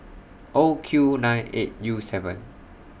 O Q nine eight U seven